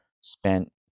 spent